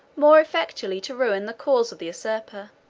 more effectually to ruin the cause of the usurper.